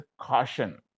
caution